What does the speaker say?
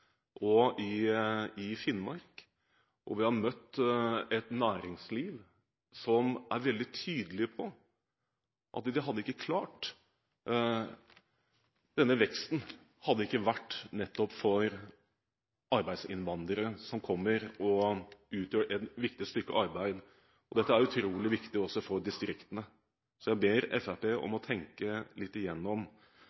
Romsdal og i Finnmark. Vi har møtt et næringsliv som er veldig tydelig på at de hadde ikke klart denne veksten hadde det ikke vært nettopp for arbeidsinnvandrere som kommer og utøver et viktig stykke arbeid. Dette er utrolig viktig også for distriktene. Så jeg ber Fremskrittspartiet om